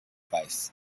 weiss